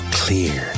clear